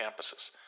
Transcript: campuses